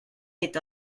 est